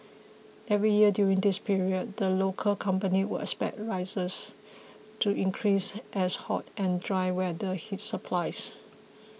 every year during this period the local company would expect prices to increase as hot and dry weather hits supplies